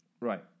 Right